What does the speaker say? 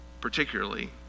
particularly